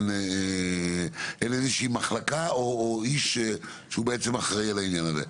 אין איזושהי מחלקה או איש שבעצם אחראי על העניין הזה.